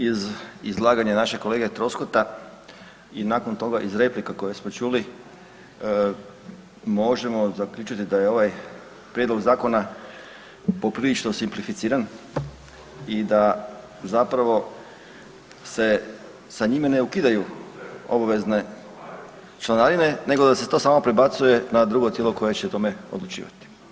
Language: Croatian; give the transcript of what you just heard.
Iz izlaganja našeg kolege Troskota i nakon toga iz replika koje smo čuli možemo zaključiti da je ovaj prijedlog zakona poprilično simplificiran i da zapravo se njime ne ukidanju obavezne članarine nego da se to samo prebacuje na drugo tijelo koje će o tome odlučivati.